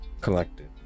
Collective